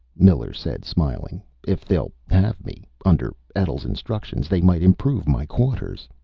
miller said, smiling. if they'll have me. under etl's instructions, they might improve my quarters.